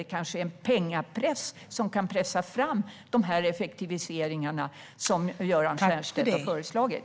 Det kanske är en pengapress som kan pressa fram de effektiviseringar som Göran Stiernstedt har föreslagit.